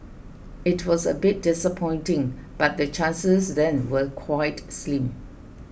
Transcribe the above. it was a bit disappointing but the chances then were quite slim